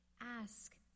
ask